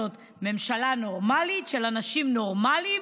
זאת ממשלה נורמלית של אנשים נורמליים,